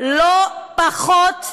בלא פחות,